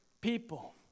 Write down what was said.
people